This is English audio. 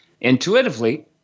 Intuitively